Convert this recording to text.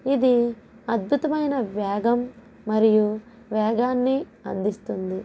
ఇది అద్భుతమైన వేగం మరియు వేగాన్ని అందిస్తుంది